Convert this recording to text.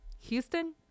Houston